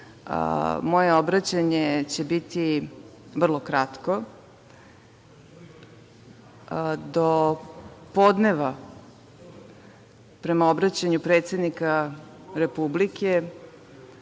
Moje obraćanje će biti vrlo kratko. Do podneva prema obraćanju predsednika Republike